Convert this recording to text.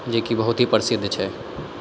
जेकि बहुत ही प्रसिद्ध छै